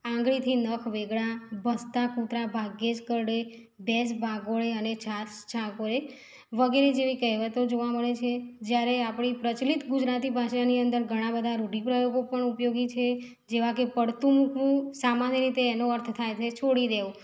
આંગળીથી નખ વેગળા ભસતા કૂતરા ભાગ્યેજ કરડે ભેંસ ભાગોળે અને છાસ છાગોળે વગેરે જેવી કહેવતો જોવા મળે છે જ્યારે આપણી પ્રચલિત ગુજરાતી ભાષાની અંદર ઘણા રૂઢિપ્રયોગો પણ ઉપયોગી છે જેવા કે પડતું મૂકવું સામાન્ય રીતે એનો અર્થ થાય છે છોડી દેવું